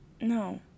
No